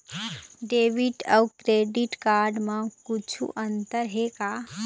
Debit अऊ credit card म कुछू अंतर हे का?